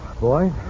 boy